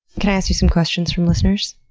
can i ask you some questions from listeners?